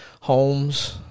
homes